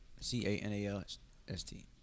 C-A-N-A-L-S-T